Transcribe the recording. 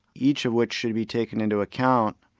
each of which should be taken into account,